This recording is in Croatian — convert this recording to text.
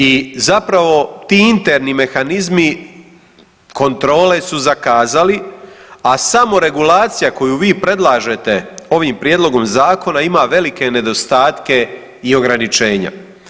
I zapravo ti interni mehanizmi kontrole su zakazali, a samoregulacija koju vi predlažete ovim prijedlogom zakona ima velike nedostatke i ograničenja.